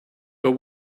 but